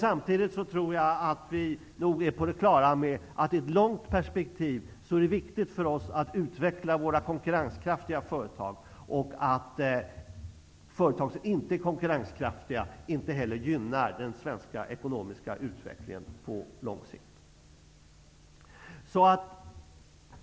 Samtidigt tror jag att vi nog är på det klara med att det i ett långt perspektiv är viktigt för oss att utveckla våra konkurrenskraftiga företag och att företag som inte är konkurrenskraftiga inte heller gynnar den svenska ekonomiska utvecklingen.